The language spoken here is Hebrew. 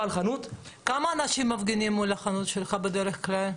כמה אנשים מפגינים מול החנות בדרך כלל?